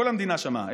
כל המדינה שמעה,